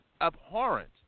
abhorrent